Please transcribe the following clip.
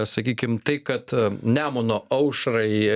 sakykim tai kad nemuno aušrai